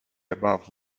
above